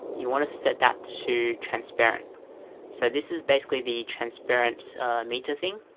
you want to set that to transparent so this is basically the transparent meter thing.